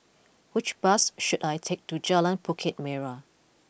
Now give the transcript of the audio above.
which bus should I take to Jalan Bukit Merah